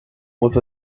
with